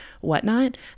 whatnot